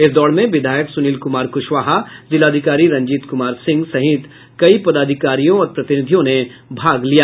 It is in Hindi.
इस दौड़ में विधायक सुनील कुमार कुशवाहा जिलाधिकारी रंजीत कुमार सिंह सहित कई पदाधिकारियों और प्रतिनिधियों ने भाग लिया